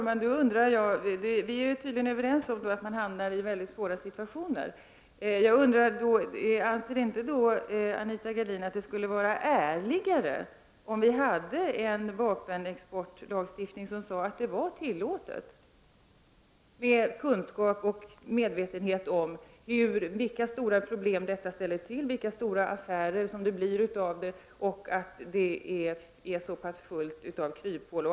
Herr talman! Vi är tydligen överens om att man hamnar i mycket svåra situationer, och jag undrar då: Anser inte Anita Gradin att det skulle vara ärligare om vi hade en lagstiftning som sade att vapenexport var tillåten, med kunskap och medvetenhet om vilka stora problem detta ställer till med, vilka stora affärer det blir och att det är så fullt av kryphål?